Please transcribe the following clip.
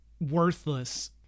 worthless